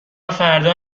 فردا